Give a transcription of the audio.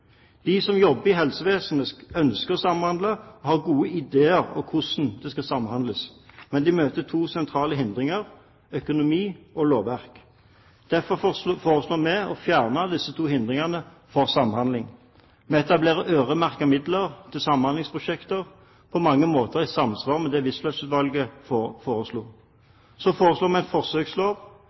De som jobber i helsevesenet, ønsker å samhandle og har gode ideer til hvordan det skal samhandles. Men de møter to sentrale hindringer: økonomi og lovverk. Derfor foreslår vi å fjerne disse to hindringene for samhandling. Vi etablerer øremerkede midler til samhandlingsprosjekter, på mange måter i samsvar med det Wisløff-utvalget foreslo. Så foreslår vi en forsøkslov,